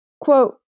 quote